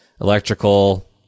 Electrical